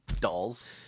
Dolls